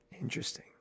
Interesting